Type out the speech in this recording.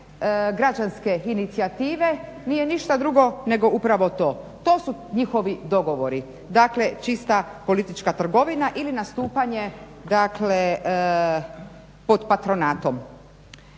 građanske inicijative nije ništa drugo nego upravo to. To su njihovi dogovori. Dakle, čista politička trgovina ili nastupanje dakle pod patronatom.